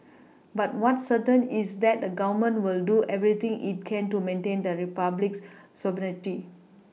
but what's certain is that the Government will do everything it can to maintain the Republic's sovereignty